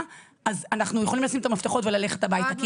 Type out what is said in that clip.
אז אנחנו יכולים לשים את המפתחות וללכת הביתה כי